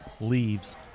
leaves